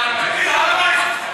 אתה בכלל יודע מה זה הר-הבית?